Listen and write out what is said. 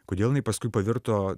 kodėl jinai paskui pavirto